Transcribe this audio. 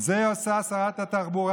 את זה עושה שרת התחבורה,